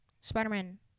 Spider-Man